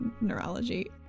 neurology